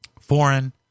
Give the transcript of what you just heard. foreign